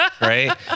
Right